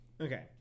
Okay